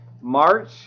March